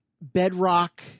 bedrock